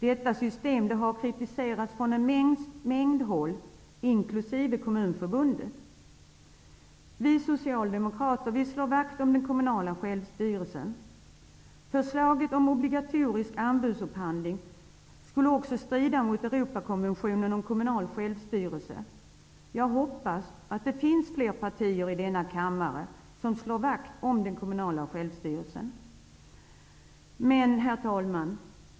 Detta system har kritiserats från en mängd håll, inkl. Vi socialdemokrater slår vakt om den kommunala självstyrelsen. Förslaget om obligatorisk anbudsupphandling skulle också strida mot Jag hoppas att det finns fler partier i denna kammare som slår vakt om den kommunala självstyrelsen. Herr talman!